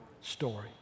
story